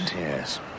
Yes